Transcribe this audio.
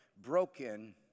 broken